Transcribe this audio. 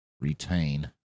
retain